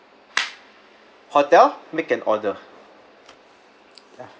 hotel make an order